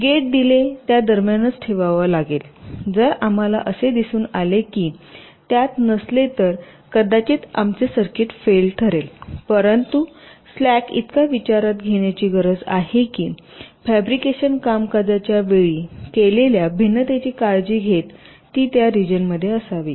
गेटचा डीले त्या दरम्यानच ठेवावा लागेल जर आम्हाला असे दिसून आले की ते त्यात नसले तर कदाचित आमचे सर्किट फेल ठरेल परंतु स्लॅक इतका विचारात घेण्याची गरज आहे की फॅब्रिकेशन कामकाजाच्या वेळी केलेल्या भिन्नतेची काळजी घेत ती त्या रिजनमध्ये असावी